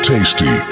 Tasty